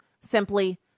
simply